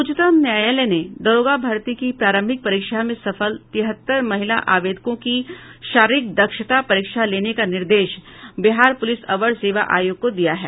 उच्चतम न्यायालय ने दारोगा भर्ती की प्रारंभिक परीक्षा में सफल तिहत्तर महिला आवेदकों की शारीरिक दक्षता परीक्षा लेने का निर्देश बिहार पुलिस अवर सेवा आयोग को दिया है